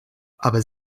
aber